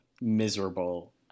miserable